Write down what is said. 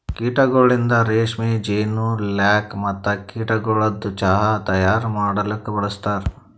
ಕೀಟಗೊಳಿಂದ್ ರೇಷ್ಮೆ, ಜೇನು, ಲ್ಯಾಕ್ ಮತ್ತ ಕೀಟಗೊಳದು ಚಾಹ್ ತೈಯಾರ್ ಮಾಡಲೂಕ್ ಬಳಸ್ತಾರ್